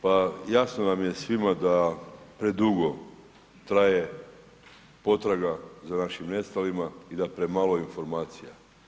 Pa jasno nam je svima da predugo traje potraga za našim nestalima i da premalo informacija.